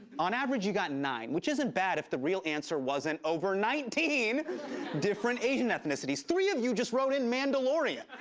on average, you got nine, which isn't bad if the real answer wasn't over nineteen different asian ethnicities. three of you just wrote in mandalorian.